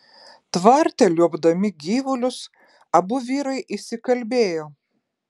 tvarte liuobdami gyvulius abu vyrai įsikalbėjo